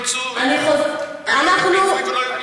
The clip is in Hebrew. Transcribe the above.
אבל איך תעשי שתי מדינות לשני עמים אם לא יהיה פיצוי ולא יהיה פינוי?